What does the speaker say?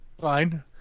Fine